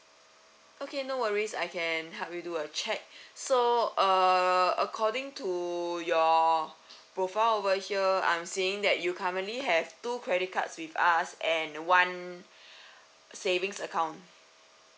okay no worries I can help you do a check so uh according to your profile over here I'm seeing that you currently have two credit cards with us and one savings account